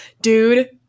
Dude